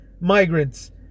migrants